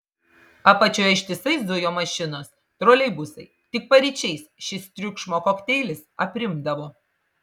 apačioje ištisai zujo mašinos troleibusai tik paryčiais šis triukšmo kokteilis aprimdavo